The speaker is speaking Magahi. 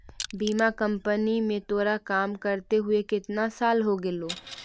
बीमा कंपनी में तोरा काम करते हुए केतना साल हो गेलो